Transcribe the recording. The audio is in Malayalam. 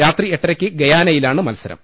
രാത്രി എട്ടരയ്ക്ക് ഗയാനയിലാണ് മത്സരം